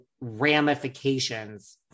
ramifications